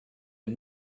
and